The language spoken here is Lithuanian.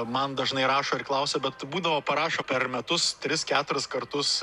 man dažnai rašo ir klausia bet būdavo parašo per metus tris keturis kartus